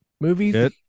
movies